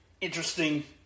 interesting